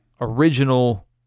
original